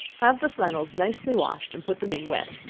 have the flannels nicely washed, and put them in wet,